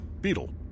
Beetle